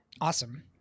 Awesome